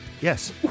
Yes